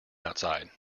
outside